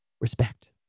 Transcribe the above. Respect